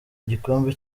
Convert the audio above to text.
igikombe